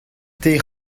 teir